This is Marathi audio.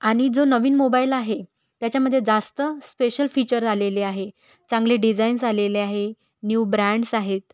आणि जो नवीन मोबाईल आहे त्याच्यामध्ये जास्त स्पेशल फीचर आलेले आहे चांगले डिझाईन्स आलेले आहे न्यू ब्रँडस आहेत